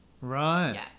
Right